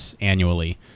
annually